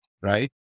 right